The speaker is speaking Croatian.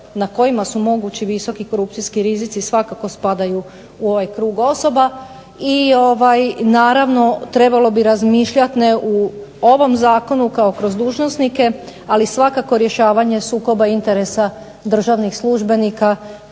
na kojima su mogući visoki korupcijski rizici svakako spadaju u ovaj krug osoba, i naravno trebalo bi razmišljati, ne u ovom zakonu kao kroz dužnosnike, ali svakako rješavanje sukoba interesa državnih službenika